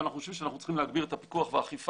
ואנחנו חושבים שאנחנו צריכים להגביר את הפיקוח והאכיפה,